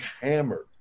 hammered